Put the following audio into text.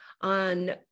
on